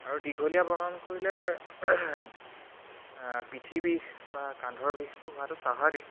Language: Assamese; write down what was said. আৰু দীঘলীয়া ভ্ৰমণ কৰিলে পিঠি বিষ বা কান্ধৰ বিষটো হোৱাটো স্বাভাৱিক